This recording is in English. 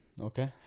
Okay